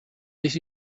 this